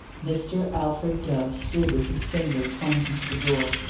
mr. alfred dove stood with his finger pointing to the door,